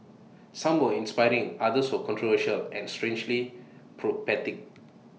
some were inspiring others were controversial and strangely prophetic